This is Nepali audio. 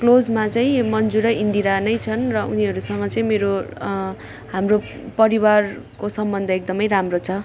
क्लोजमा चाहिँ मन्जु र इन्दिरा नै छन् र उनीहरूसँग चाहिँ मेरो हाम्रो परिवारको सम्बन्ध एकदम राम्रो छ